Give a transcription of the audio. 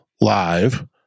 live